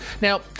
Now